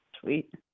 Sweet